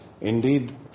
Indeed